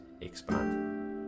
expand